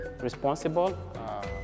responsible